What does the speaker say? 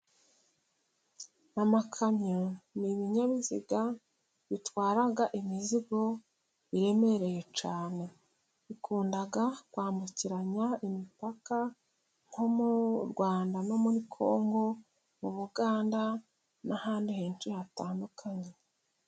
Amakamyo ni ibinyabiziga bitwara imizigo iremereye cyane. Bikunda kwambukiranya imipaka, nko mu Rwanda no muri Congo mu Buganda ,n'ahandi henshi hatandukanye.